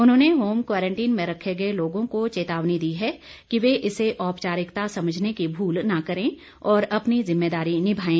उन्होंने home quarantine में रखे गए लोगों को चेतावनी दी है कि वे इसे औपचारिकता समझने की भूल न करें और अपनी जिम्मेवारी निभाएं